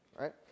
Right